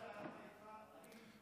זה לא עיר סתם.